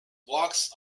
walks